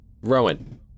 Rowan